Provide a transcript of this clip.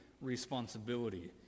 responsibility